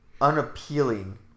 unappealing